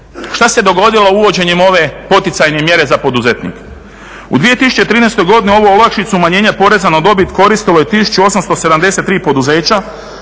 Šta se dogodilo uvođenjem ove poticajne mjere za poduzetnike? U 2013. godini ovu olakšicu umanjenja poreza na dobit koristilo je 1873 poduzeća